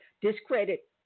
discredit